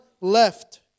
left